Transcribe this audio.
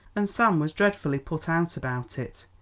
and sam was dreadfully put out about it.